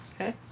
Okay